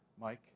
Mike